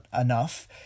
enough